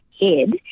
head